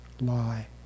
lie